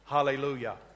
Hallelujah